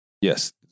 Yes